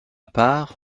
part